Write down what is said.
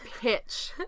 pitch